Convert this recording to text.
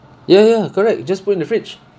ya ya correct just put in the fridge